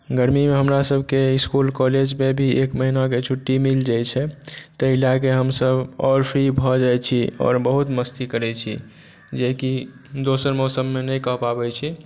गर्मीमे हमरा सभके इसकुल कॉलेजमे भी एक महीनाकेँश छुट्टी मिल जाइ छै ताहि लऽ कऽ हमसभ आओर फ्री भऽ जाइ छी आओर बहुत मस्ती करै छी जेकि दोसर मौसममे नहि कऽ पाबै छी